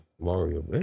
Mario